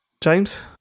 James